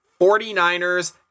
49ers